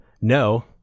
no